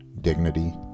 dignity